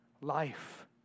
life